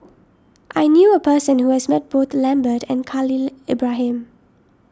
I knew a person who has met both Lambert and Khalil Ibrahim